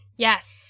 Yes